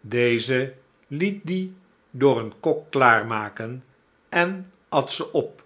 deze liet die door een kok klaar maken en at ze op